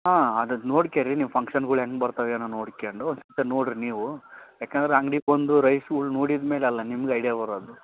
ಹಾಂ ಅದನ್ನು ನೋಡ್ಕರಿ ನೀವು ಫಂಕ್ಷನ್ಗಳು ಹೆಂಗೆ ಬರ್ತವೆ ಏನೋ ನೋಡ್ಕಂಡು ಮತ್ತೆ ನೋಡಿರಿ ನೀವು ಯಾಕೆಂದ್ರೆ ಅಂಗ್ಡಿಗೆ ಬಂದು ರೈಸ್ಗಳು ನೋಡಿದ ಮೇಲೆ ಅಲ್ವ ನಿಮ್ಗೆ ಐಡ್ಯಾ ಬರೋದು